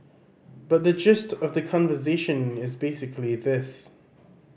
but the gist of the conversation is basically this